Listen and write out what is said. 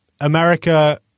America